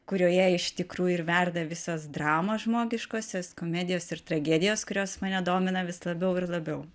kurioje iš tikrųjų ir verda visos dramos žmogiškosios komedijos ir tragedijos kurios mane domina vis labiau ir labiau